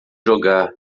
jogar